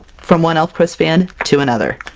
from one elfquest fan to another!